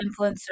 influencer